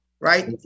Right